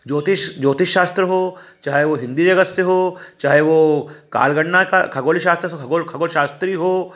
ज्योतिष ज्योतिष शास्त्र हो चाहे वो हिन्दी जगत से हो चाहे वो कालगणना का खगोलीय शास्त्र खगोल शास्त्री हो